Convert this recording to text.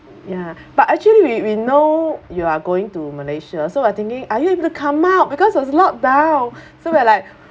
ya but actually we we know you are going to malaysia so I thinking are you able to come out because there's lockdown so we're like